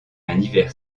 hiver